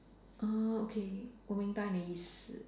ah okay 我明白你意思